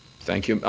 thank you.